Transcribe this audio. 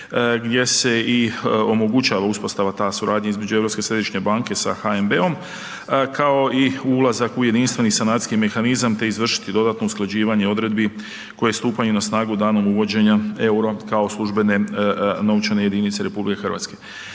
gdje se i omogućava uspostava, ta suradnja između Europske središnje banke sa HNB-om kao i ulazak u jedinstveni sanacijski mehanizam, te izvršiti dodatno usklađivanje odredbi koje stupaju na snagu danom uvođenja EUR-o kao službene novčane jedinice RH, tako da je